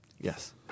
Yes